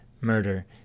murder